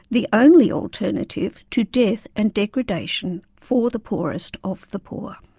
the only alternative to death and degradation for the poorest of the poor.